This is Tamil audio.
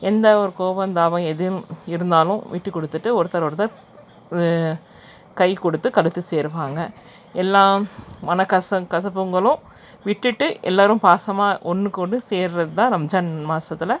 எந்த ஒரு கோவம் தாவம் எது இருந்தாலும் விட்டு கொடுத்துட்டு ஒருத்தர் ஒருத்தர் கைக்கொடுத்து கழுத்து சேருவாங்க எல்லாம் மன கசப் கசப்புங்களும் விட்டுட்டு எல்லோரும் பாசமாக ஒன்றுக்கொன்னு சேர்றது தான் ரம்ஜான் மாசத்தில்